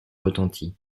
retentit